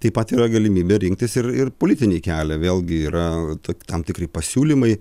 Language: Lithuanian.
taip pat yra galimybė rinktis ir ir politinį kelią vėlgi yra tam tikri pasiūlymai